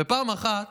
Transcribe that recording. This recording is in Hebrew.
ופעם אחת